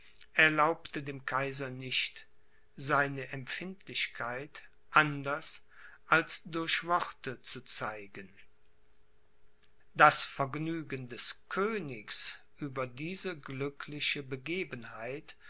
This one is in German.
erlaubte dem kaiser nicht seine empfindlichkeit anders als durch worte zu zeigen das vergnügen des königs über diese glückliche begebenheit